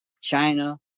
China